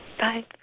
Bye